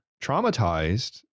traumatized